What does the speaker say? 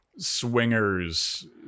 swingers